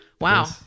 Wow